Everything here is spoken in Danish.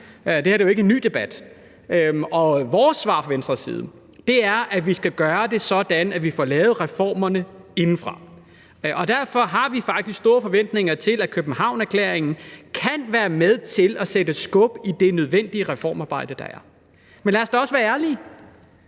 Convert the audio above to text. det her er jo ikke en ny debat. Og vores svar fra Venstres side er, at vi skal gøre det sådan, at vi får lavet reformerne indefra. Og derfor har vi faktisk store forventninger til, at Københavnererklæringen kan være med til at sætte skub i det nødvendige reformarbejde. Men lad os da også være ærlige: